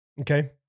Okay